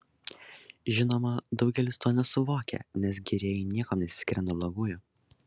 žinoma daugelis to nesuvokia nes gerieji niekuom nesiskiria nuo blogųjų